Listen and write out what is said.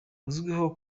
uzwiho